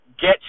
get